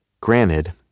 granted